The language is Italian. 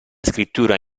scrittura